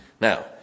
Now